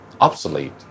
obsolete